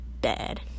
bad